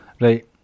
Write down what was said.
right